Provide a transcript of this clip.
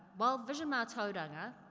while vision mah-toh-dung-uh